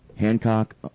Hancock